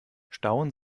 stauen